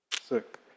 sick